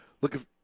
Looking